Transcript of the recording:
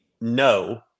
no